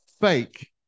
fake